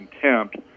contempt